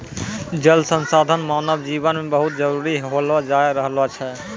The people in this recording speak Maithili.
जल संसाधन मानव जिवन मे बहुत जरुरी होलो जाय रहलो छै